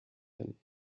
hin